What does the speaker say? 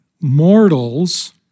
mortals